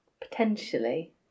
potentially